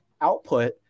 output